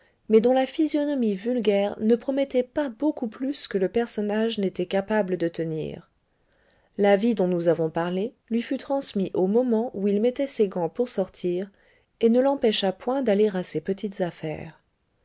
mais dont la physionomie vulgaire ne promettait pas beaucoup plus que le personnage n'était capable de tenir l'avis dont nous avons parlé lui fut transmis au moment où il mettait ses gants pour sortir et ne l'empêcha point d'aller à ses petites affaires